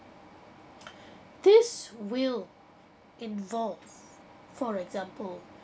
this will involve for example